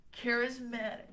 charismatic